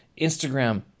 Instagram